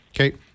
Okay